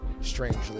strangely